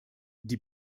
die